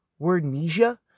Wordnesia